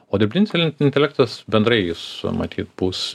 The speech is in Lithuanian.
o dirbtinis in intelektas bendrai jis matyt bus